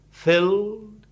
Filled